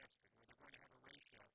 yep yep